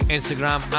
Instagram